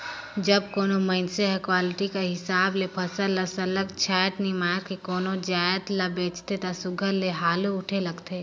जब कोनो मइनसे हर क्वालिटी कर हिसाब ले फसल ल सरलग छांएट निमाएर के कोनो जाएत ल बेंचथे ता सुग्घर ले हालु उठे लगथे